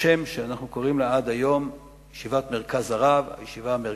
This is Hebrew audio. שאנחנו קוראים לה עד היום ישיבת "מרכז הרב" הישיבה המרכזית,